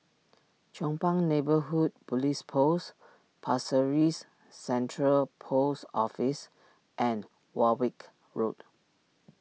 Chong Pang Neighbourhood Police Post Pasir Ris Central Post Office and Warwick Road